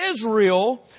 Israel